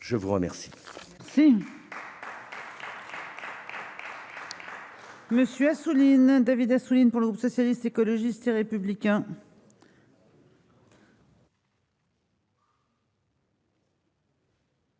je vous remercie.